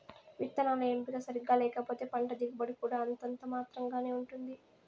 విత్తనాల ఎంపిక సరిగ్గా లేకపోతే పంట దిగుబడి కూడా అంతంత మాత్రం గానే ఉంటుంది